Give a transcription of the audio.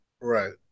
right